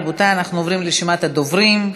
רבותי, אנחנו עוברים לרשימת הדוברים.